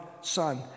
Son